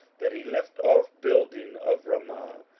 that he left off building of ramah,